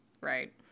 right